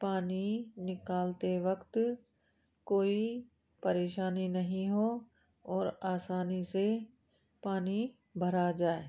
पानी निकालते वक्त कोई परेशानी नहीं हो और आसानी से पानी भरा जाए